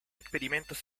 experimentos